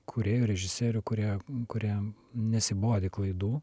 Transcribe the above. kūrėjų režisierių kurie kurie nesibodi klaidų